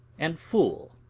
and fool.